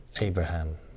Abraham